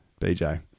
BJ